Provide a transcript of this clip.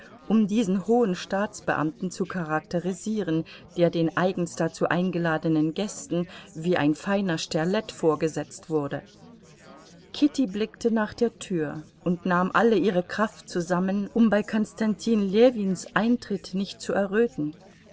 um diesen hohen staatsbeamten zu charakterisieren der den eigens dazu eingeladenen gästen wie ein feiner sterlet vorgesetzt wurde kitty blickte nach der tür und nahm alle ihre kraft zusammen um bei konstantin ljewins eintritt nicht zu erröten